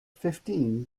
fifteen